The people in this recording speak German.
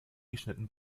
geschnitten